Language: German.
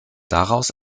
daraus